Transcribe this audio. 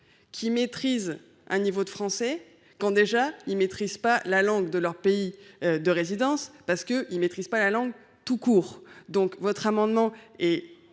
qu’ils maîtrisent un certain niveau de français quand déjà ils ne maîtrisent pas la langue de leur pays de résidence, parce qu’ils ne maîtrisent pas la langue tout court ! Votre dispositif est